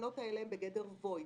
שהתקנות האלה הן בגדר void.